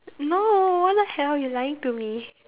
no what the hell you lying to me